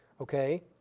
okay